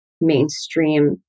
mainstream